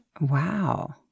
Wow